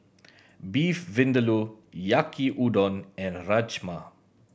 Beef Vindaloo Yaki Udon and Rajma